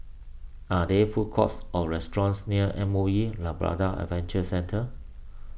are there food courts or restaurants near M O E Labrador Adventure Centre